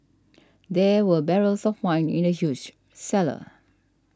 there were barrels of wine in the huge cellar